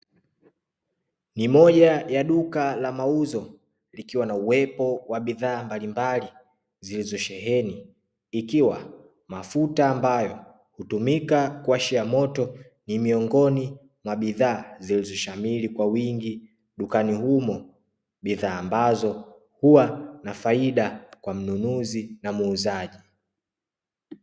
Ni moja ya duka la mauzo, likiwa na uwepo wa bidhaa mbalimbali zilizosheheni, ikiwa mafuta ambayo hutumika kuwashia moto, ni miongoni mwa bidhaa zilizoshamiri kwa wingi dukani humo, bidhaa ambazo huwa na faida kwa manunuzi na muuzaji.